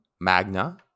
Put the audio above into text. magna